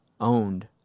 owned